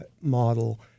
model